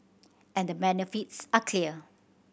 and the benefits are clear